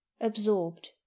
absorbed